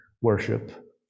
worship